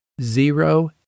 zero